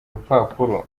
rupapuro